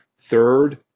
Third